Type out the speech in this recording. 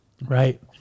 Right